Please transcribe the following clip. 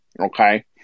Okay